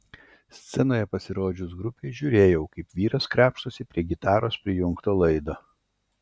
scenoje pasirodžius grupei žiūrėjau kaip vyras krapštosi prie gitaros prijungto laido